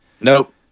Nope